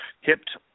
hipped